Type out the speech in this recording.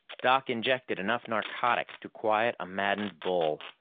doc injected enough narcotic to quiet a maddened bull.